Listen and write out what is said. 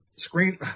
Screen